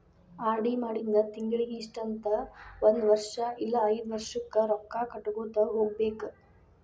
RD ಮಾಡಿಂದ ತಿಂಗಳಿಗಿ ಇಷ್ಟಂತ ಒಂದ್ ವರ್ಷ್ ಇಲ್ಲಾ ಐದ್ ವರ್ಷಕ್ಕ ರೊಕ್ಕಾ ಕಟ್ಟಗೋತ ಹೋಗ್ಬೇಕ್